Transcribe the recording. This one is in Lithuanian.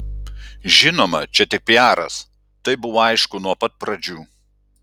žinoma čia tik piaras tai buvo aišku nuo pat pradžių